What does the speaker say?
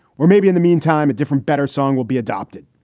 we're maybe in the meantime, a different better song will be adopted,